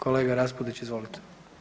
Kolega Raspudić izvolite.